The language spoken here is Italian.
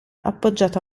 appoggiata